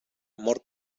amor